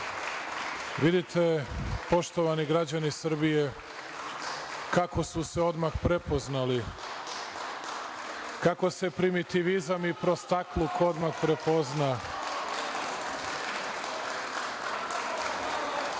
poštovani građani Srbije kako su se odmah prepoznali, kako se primitivizam i prostakluk odmah prepozna.